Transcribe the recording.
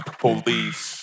police